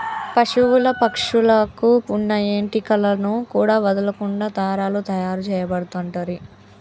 పశువుల పక్షుల కు వున్న ఏంటి కలను కూడా వదులకుండా దారాలు తాయారు చేయబడుతంటిరి